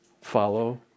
Follow